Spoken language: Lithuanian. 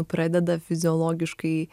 pradeda fiziologiškai